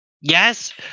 Yes